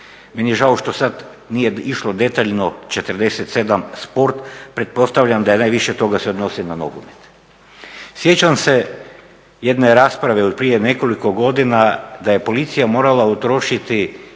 Meni je žao što sad nije išlo detaljno 47 sport, pretpostavljam da najviše toga se odnosi na nogomet. Sjećam se jedne rasprave od prije nekoliko godina da je policija morala utrošiti